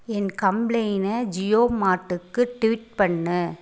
என் complain Jio மார்ட்டுக்கு tweet பண்ணு